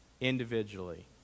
individually